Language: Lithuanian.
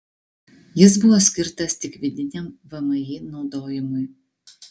jis buvo skirtas tik vidiniam vmi naudojimui